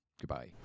Goodbye